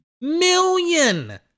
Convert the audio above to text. million